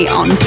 on